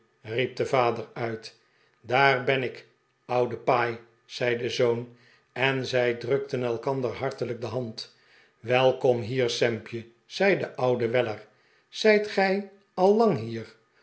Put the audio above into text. riep de vader uit daar ben ik oude paai zei de zoon en zij drukten elkander hartelijk de hand welkom hier sampje zei de oude weller zijt gij al lang hier